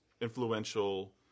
influential